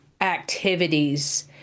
activities